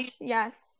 yes